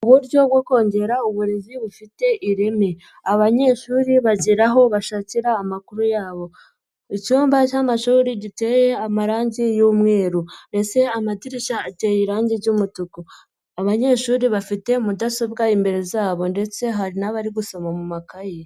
Uburyo bwo kongera uburezi bufite ireme, abanyeshuri bagera aho bashakira amakuru yabo, icyumba cy'amashuri giteye amarangi y'umweru ndetse amadirishya ateye irangi ry'umutuku, abanyeshuri bafite mudasobwa imbere zabo ndetse hari n'abari gusoma mu makayi.